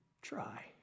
try